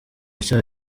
cya